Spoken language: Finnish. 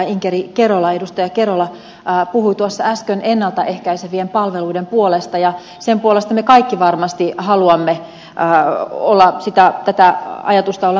inkeri kerola puhui tuossa äsken ennalta ehkäisevien palveluiden puolesta ja me kaikki varmasti haluamme tätä ajatusta olla tukemassa